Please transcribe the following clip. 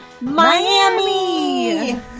Miami